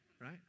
Right